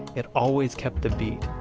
it always kept the beat.